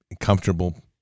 comfortable